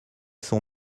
sont